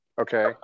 okay